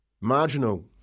Marginal